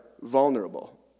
vulnerable